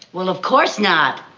well, of course not.